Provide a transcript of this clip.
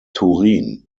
turin